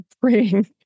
bring